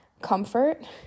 comfort